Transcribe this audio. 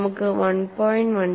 നമുക്ക് 1